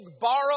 borrow